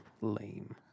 Lame